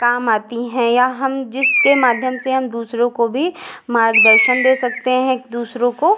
काम आती हैं या हम जिसके माध्यम से हम दूसरों को भी मार्गदर्शन दे सकते हैं एक दूसरों को